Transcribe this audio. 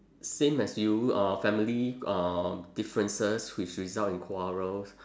same as you uh family um differences which result in quarrels